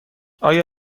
آیا